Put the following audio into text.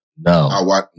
No